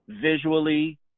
visually